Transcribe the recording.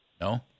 No